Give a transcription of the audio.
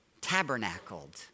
tabernacled